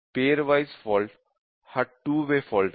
pair wise fault हा २ way fault आहे